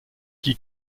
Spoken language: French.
qui